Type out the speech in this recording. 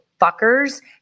fuckers